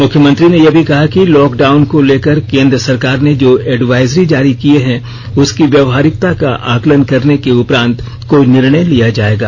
मुख्यमंत्री ने यह भी कहा कि लॉकडाइन को लेकर केंद्र सरकार ने जो एडवाइजरी जारी किए हैं उसकी व्यवहारिकता का आकलन करने के उपरांत कोई निर्णय लिया जाएगा